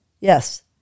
Yes